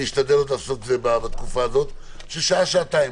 אשתדל בתקופה הזו של שעה-שעתיים.